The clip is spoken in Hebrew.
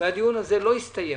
והוא לא הסתיים.